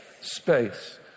Space